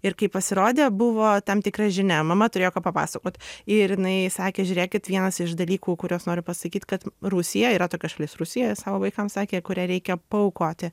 ir kai pasirodė buvo tam tikra žinia mama turėjo ką papasakot ir jinai sakė žiūrėkit vienas iš dalykų kuriuos noriu pasakyt kad rusija yra tokia šalis rusija savo vaikams sakė kurią reikia paaukoti